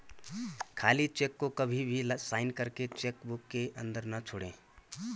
खाली चेक को कभी भी साइन करके चेक बुक के अंदर न छोड़े